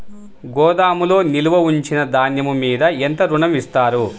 గోదాములో నిల్వ ఉంచిన ధాన్యము మీద ఎంత ఋణం ఇస్తారు?